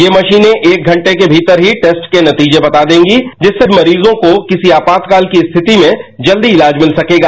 ये मशीनें एक घंटे के भीतर ही टेस्ट के नतीजे बता देंगी जिससे मशीजों को किसी आपातकाल की स्थिति में जल्दी इलाज मिल सकेगा